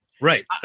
Right